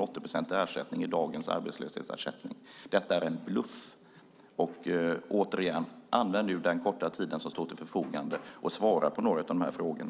absolut inte är 80-procentig? Detta är en bluff. Återigen: Använd nu den korta tid som står till förfogande och svara på några av de här frågorna!